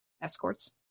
escorts